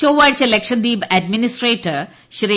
ചൊവ്വാഴ്ച ലക്ഷദ്വീപ് അഡ്മിനിസ്ട്രേറ്റർ ശ്രീ